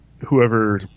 whoever